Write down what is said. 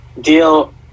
deal